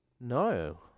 No